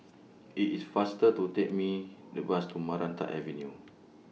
IT IS faster to Take Me The Bus to Maranta Avenue